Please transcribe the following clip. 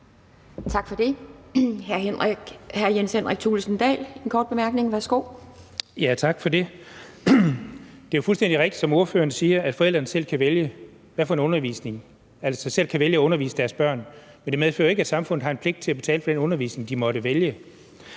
Tak for det. Hr. Jens Henrik Thulesen Dahl for en kort bemærkning. Værsgo. Kl. 11:32 Jens Henrik Thulesen Dahl (DF): Tak for det. Det er jo fuldstændig rigtigt, som ordføreren siger, at forældrene selv kan vælge at undervise deres børn, men det medfører ikke, at samfundet har en pligt til at betale for den undervisning, de måtte vælge.